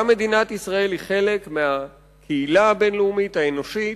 גם מדינת ישראל היא חלק מהקהילה הבין-לאומית האנושית,